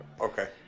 Okay